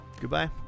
Goodbye